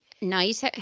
nice